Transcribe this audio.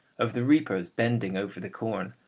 of the reapers bending over the corn,